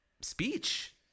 speech